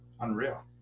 unreal